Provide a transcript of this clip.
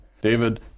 David